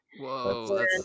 Whoa